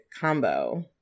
combo